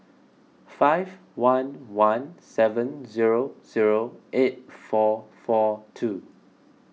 five one one seven zero zero eight four four two